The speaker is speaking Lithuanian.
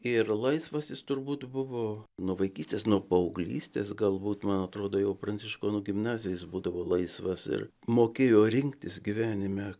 ir laisvas jis turbūt buvo nuo vaikystės nuo paauglystės galbūt man atrodo jau pranciškonų gimnazijoj jis būdavo laisvas ir mokėjo rinktis gyvenime